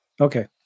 Okay